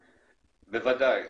בוודאי.